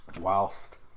whilst